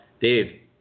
Dave